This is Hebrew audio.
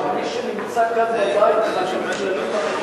לא, אבל על מי שנמצא כאן בבית חלים כללים אחרים.